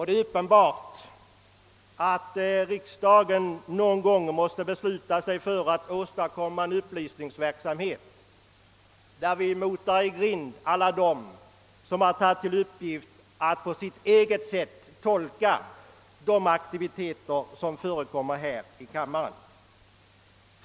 Det är uppenbart att riksdagen någon gång måste besluta sig för att starta en upplysningsverksamhet där vi motar i grind alla dem som tagit till sin uppgift att på sitt eget sätt tolka de aktiviteter som förekommer här i riksdagen.